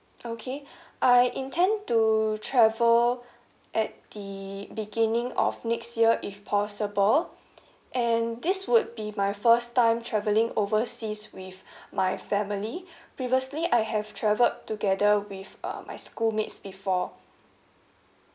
okay I intend to travel at the beginning of next year if possible and this would be my first time travelling overseas with my family previously I have travelled together with uh my schoolmates before